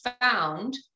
found